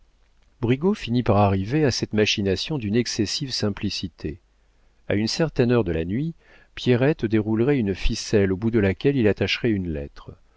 finit par arriver à cette machination d'une excessive simplicité a une certaine heure de la nuit pierrette déroulerait une ficelle au bout de laquelle il attacherait une lettre